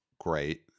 Great